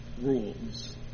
rules